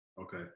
okay